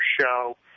show